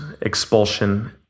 Expulsion